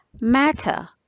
matter